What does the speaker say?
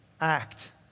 act